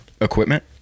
equipment